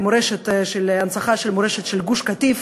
להנצחה של מורשת גוש-קטיף